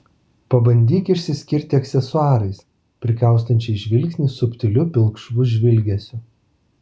pabandyk išsiskirti aksesuarais prikaustančiais žvilgsnį subtiliu pilkšvu žvilgesiu